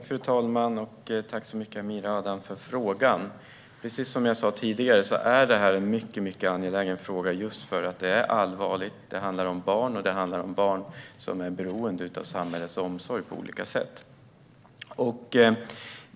Fru talman! Tack så mycket för frågan, Amir Adan! Precis som jag sa tidigare är detta en mycket angelägen fråga just för att det är allvarligt. Det handlar om barn och barn som är beroende av samhällets omsorg på olika sätt.